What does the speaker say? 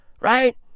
Right